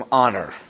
honor